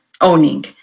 owning